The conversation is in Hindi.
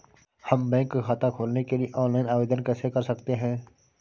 हम बैंक खाता खोलने के लिए ऑनलाइन आवेदन कैसे कर सकते हैं?